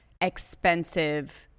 expensive